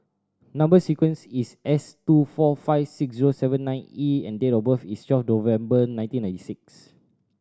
number sequence is S two four five six zero seven nine E and date of birth is twelve November nineteen ninety six